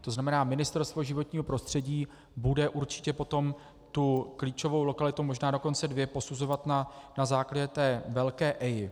To znamená, Ministerstvo životního prostředí bude určitě potom tu klíčovou lokalitu, možná dokonce dvě, posuzovat na základě té velké EIA.